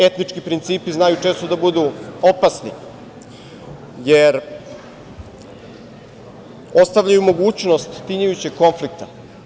Etnički principi znaju često da budu opasni, jer ostavljaju mogućnost tinjajućeg konflikta.